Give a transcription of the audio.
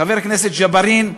חבר הכנסת ג'בארין.